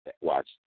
watch